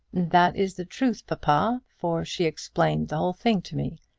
that is the truth, papa for she explained the whole thing to me.